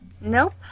Nope